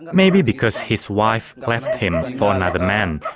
maybe because his wife left him for another man.